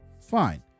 fine